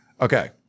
Okay